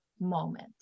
moment